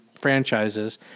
franchises